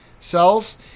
cells